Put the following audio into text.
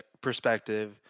perspective